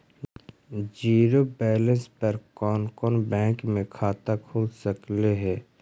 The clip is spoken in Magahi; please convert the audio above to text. जिरो बैलेंस पर कोन कोन बैंक में खाता खुल सकले हे?